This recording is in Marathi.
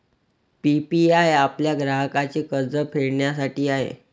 पी.पी.आय आपल्या ग्राहकांचे कर्ज फेडण्यासाठी आहे